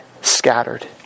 scattered